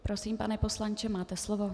Prosím, pane poslanče, máte slovo.